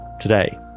today